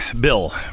Bill